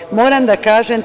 Takođe, moram da kažem